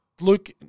Luke